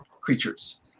creatures